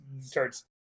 starts